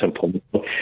simple